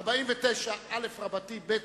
49א(ב)